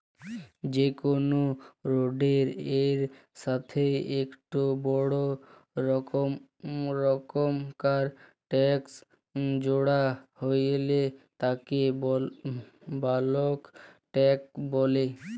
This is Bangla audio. যে কোনো রোডের এর সাথেই একটো বড় রকমকার ট্যাংক জোড়া হইলে তাকে বালক ট্যাঁক বলে